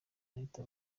anita